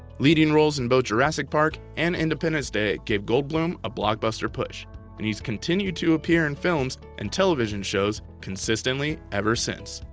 leading roles in both jurassic park and independence day gave goldblum a blockbuster push and he's continued to appear in films and television shows consistently ever since.